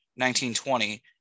1920